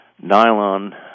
Nylon